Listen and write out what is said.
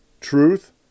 truth